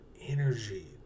energy